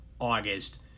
August